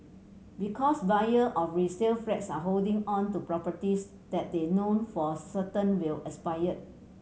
because buyer of resale flats are holding on to properties that they know for certain will expire